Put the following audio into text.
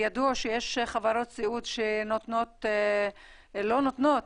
ידוע שיש חברות סיעוד שלא נותנות,